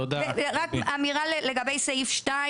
אמירה לגבי סעיף 2